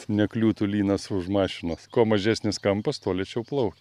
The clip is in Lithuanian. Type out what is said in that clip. nekliūtų lynas už mašinos kuo mažesnis kampas tuo lėčiau plaukia